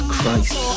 Christ